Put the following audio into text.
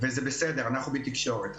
וזה בסדר, אנחנו בתקשורת.